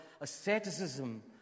asceticism